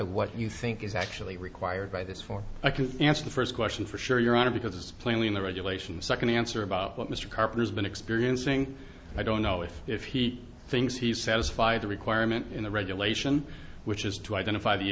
what you think is actually required by this for i can answer the first question for sure your honor because it's plainly in the regulation second answer about what mr carter's been experiencing i don't know if if he thinks he's satisfied the requirement in the regulation which is to identify the